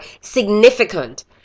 significant